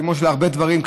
כמו להרבה דברים,